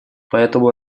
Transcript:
поэтому